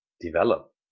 develop